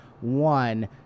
one